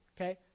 Okay